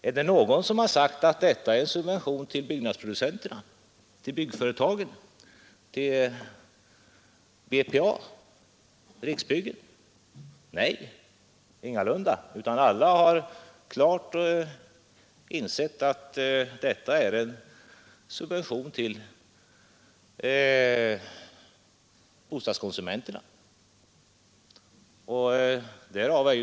Är det någon som gjort gällande att detta är en subvention till byggföretagen — t.ex. till BPA eller till Riksbyggen? Nej, ingalunda, alla har klart insett att det är fråga om en subvention till bostadskonsumenterna.